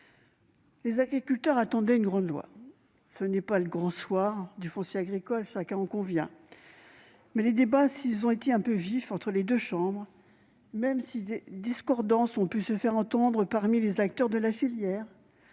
Les agriculteurs attendaient une grande loi. Ce n'est pas le grand soir du foncier agricole, chacun en convient ! Même si les débats ont été vifs entre les deux chambres, même si des discordances ont pu se faire entendre parmi les acteurs de la filière,